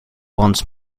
wants